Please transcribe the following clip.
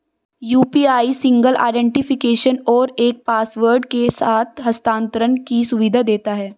UPI single identification और एक password के साथ हस्थानांतरण की सुविधा देता है